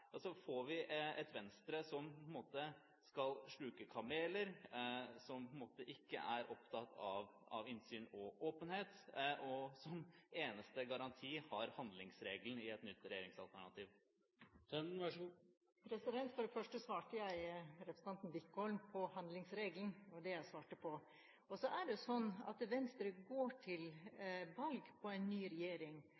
vi får et Venstre som på en måte skal sluke kameler, som på en måte ikke er opptatt av innsyn og åpenhet, og som eneste garanti har handlingsregelen i et nytt regjeringsalternativ. For det første svarte jeg representanten Wickholm om handlingsregelen. Det var det jeg svarte på. Så er det slik at Venstre går til